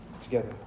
together